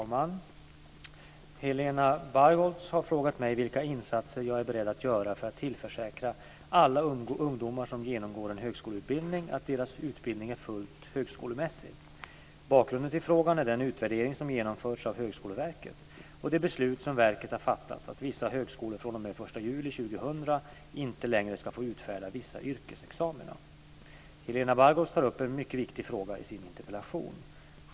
Fru talman! Helena Bargholtz har frågat mig vilka insatser jag är beredd att göra för att tillförsäkra alla ungdomar som genomgår en högskoleutbildning att deras utbildning är fullt högskolemässig. Bakgrunden till frågan är den utvärdering som genomförts av Högskoleverket och det beslut som verket har fattat att vissa högskolor fr.o.m. den 1 juli 2000 inte längre ska få utfärda vissa yrkesexamina. Helena Bargholtz tar upp en mycket viktig fråga i sin interpellation.